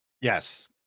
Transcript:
Yes